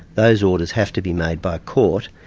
those orders have to be made by a court,